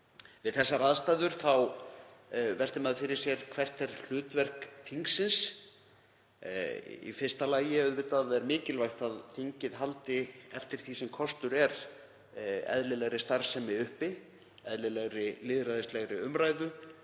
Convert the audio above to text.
Við þessar aðstæður veltir maður fyrir sér: Hvert er hlutverk þingsins? Í fyrsta lagi er auðvitað mikilvægt að þingið haldi, eftir því sem kostur er, eðlilegri starfsemi uppi, eðlilegri lýðræðislegri umræðu